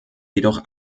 jedoch